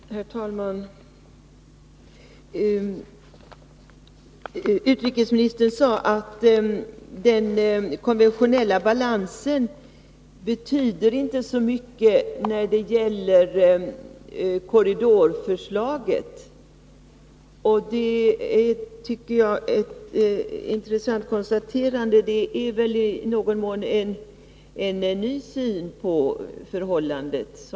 Herr talman! Utrikesministern sade att den konventionella balansen inte betyder så mycket när det gäller korridorförslaget. Det är ett intressant konstaterande. Det är, såsom jag uppfattar det, en ny syn på frågan.